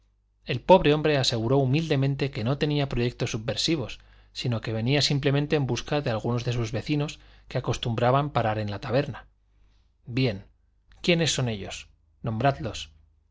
el pobre hombre aseguró humildemente que no tenía proyectos subversivos sino que venía simplemente en busca de algunos de sus vecinos que acostumbraban parar en la taberna bien quiénes son ellos nombradlos